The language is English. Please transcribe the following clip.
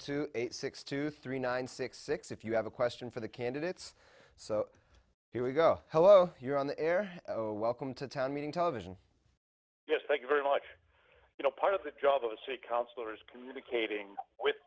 two eight six two three nine six six if you have a question for the candidates so here we go hello you're on the air welcome to town meeting television yes thank you very much you know part of the job of a city councillor is communicating with